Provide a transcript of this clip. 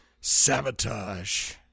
Sabotage